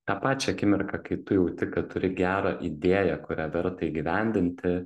tą pačią akimirką kai tu jauti kad turi gerą idėją kurią verta įgyvendinti